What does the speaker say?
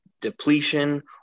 depletion